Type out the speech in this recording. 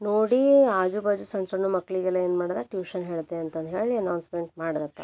ನೋಡಿ ಆಜುಬಾಜು ಸಣ್ಣ ಸಣ್ಣ ಮಕ್ಕಳಿಗೆಲ್ಲ ಏನು ಮಾಡ್ದೆ ಟ್ಯೂಷನ್ ಹೇಳ್ತೆ ಅಂತಂದು ಹೇಳಿ ಅನೌನ್ಸ್ಮೆಂಟ್ ಮಾಡ್ದಪ್ಪ